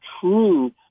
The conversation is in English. true